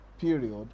period